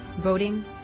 voting